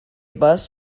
bus